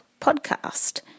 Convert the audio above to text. podcast